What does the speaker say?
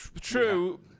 True